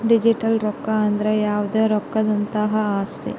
digital ರೊಕ್ಕ ಅಂದ್ರ ಯಾವ್ದೇ ರೊಕ್ಕದಂತಹ ಆಸ್ತಿ